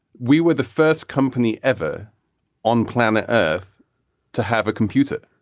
we were the first company ever on planet earth to have a computer.